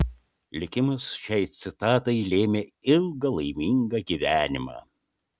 likimas šiai citatai lėmė ilgą laimingą gyvenimą